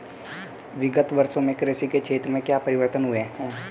विगत वर्षों में कृषि के क्षेत्र में क्या परिवर्तन हुए हैं?